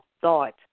thought